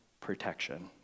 protection